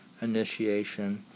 initiation